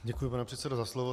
Děkuju, pane předsedo, za slovo.